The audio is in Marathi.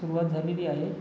सुरुवात झालेली आहे